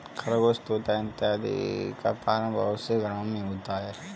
खरगोश तोता इत्यादि का पालन बहुत से घरों में होता है